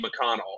mcconnell